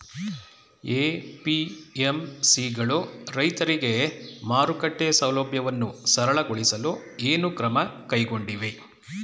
APMC ಗಳು ರೈತರಿಗೆ ಮಾರುಕಟ್ಟೆ ಸೌಲಭ್ಯವನ್ನು ಸರಳಗೊಳಿಸಲು ಏನು ಕ್ರಮ ಕೈಗೊಂಡಿವೆ?